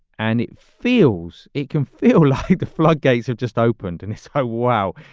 and it feels it can feel like the floodgates have just opened and it's high. wow.